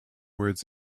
words